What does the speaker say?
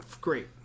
great